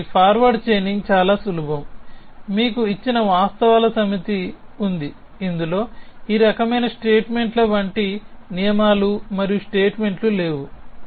కాబట్టి forward chaining చాలా సులభం మీకు ఇచ్చిన వాస్తవాల సమితి ఉంది ఇందులో ఈ రకమైన స్టేట్మెంట్ల వంటి నియమాలు మరియు స్టేట్మెంట్లు లేవు